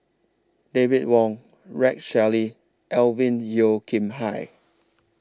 David Wong Rex Shelley Alvin Yeo Khirn Hai